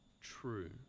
true